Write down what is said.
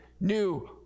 new